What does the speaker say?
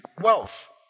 wealth